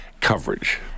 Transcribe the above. coverage